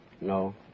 No